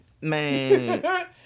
Man